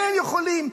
הם יכולים.